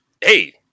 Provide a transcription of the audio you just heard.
hey